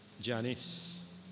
Janice